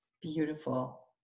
Beautiful